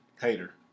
hater